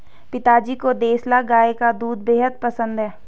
पिताजी को देसला गाय का दूध बेहद पसंद है